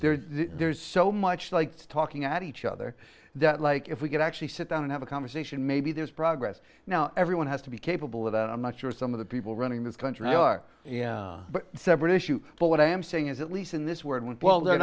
sides there's so much like talking at each other that like if we could actually sit down and have a conversation maybe there's progress now everyone has to be capable of and i'm not sure some of the people running this country are separate issue but what i am saying is at least in this word well they're